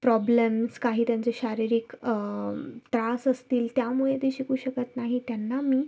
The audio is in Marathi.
प्रॉब्लेम्स काही त्यांचे शारीरिक त्रास असतील त्यामुळे ते शिकू शकत नाही त्यांना मी